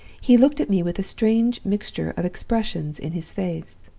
he looked at me with a strange mixture of expressions in his face.